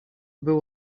był